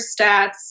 stats